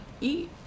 eat